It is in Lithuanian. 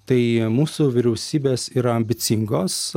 tai mūsų vyriausybės yra ambicingos